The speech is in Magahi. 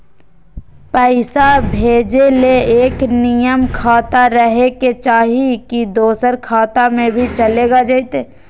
पैसा भेजे ले एके नियर खाता रहे के चाही की दोसर खाता में भी चलेगा जयते?